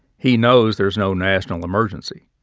he knows there's no national emergency.